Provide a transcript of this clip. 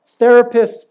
therapists